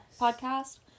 podcast